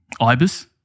IBIS